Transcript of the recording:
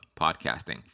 podcasting